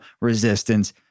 resistance